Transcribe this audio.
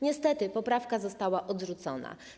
Niestety poprawka została odrzucona.